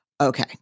Okay